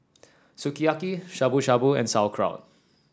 Sukiyaki Shabu Shabu and Sauerkraut